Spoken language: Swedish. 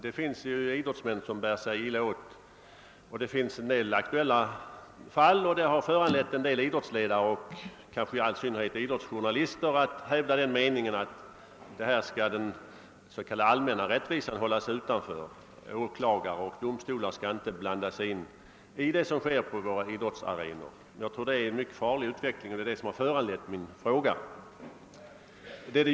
Det finns idrottsmän som bär sig illa åt, och det föreligger några aktuella fall, som föranlett vissa idrottsledare och kanske i synnerhet idrottsjournalister att hävda, att den s.k. allmänna rättvisan skall hålla sig utanför; åklagare och domstolar skall inte blanda sig i det som sker på våra idrottsarenor. Jag tror detta är en mycket farlig utveckling, och det är detta som föranlett min fråga.